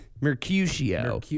Mercutio